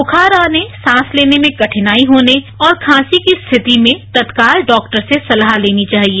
बुखार आने सांस लेने में कठिनाई होने और खांसी की स्थिति में तत्काल डॉक्टर से सलाह लेनी चाहिए